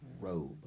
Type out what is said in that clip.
robe